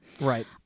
Right